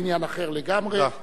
בעניין אחר לגמרי.